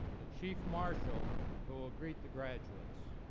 the chief marshal who will greet the graduates.